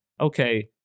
okay